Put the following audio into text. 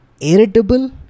irritable